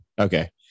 Okay